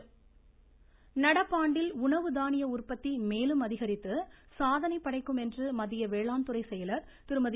ஷோபனா பட்நாயக் நடப்பாண்டில் உணவு தானிய உற்பத்தி மேலும் அதிகரித்து சாதனை படைக்கும் என்று மத்திய வேளாண்துறை செயலர் திருமதி